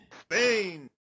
spain